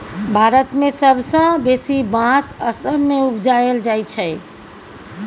भारत मे सबसँ बेसी बाँस असम मे उपजाएल जाइ छै